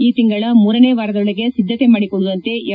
ಈ ತಿಂಗಳ ಮೂರನೇ ವಾರದೊಳಗೆ ಸಿದ್ದತೆ ಮಾಡಿಕೊಳ್ಳುವಂತೆ ಎಂ